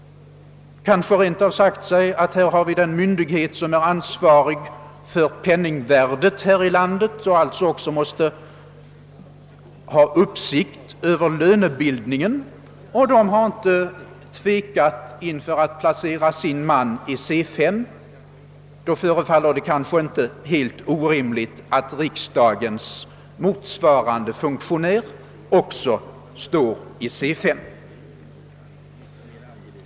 Kanske har man rent av sagt sig att här har vi en myndighet som är ansvarig för penningvärdet i landet och som har uppsikt över lönebildningen och att man där inte har tvekat att placera in sin man i lönegrad C 5. Det förefaller då kanske inte helt orimligt att också riksdagens motsvarande funktionär placeras i C 5.